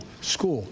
school